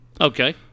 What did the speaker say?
Okay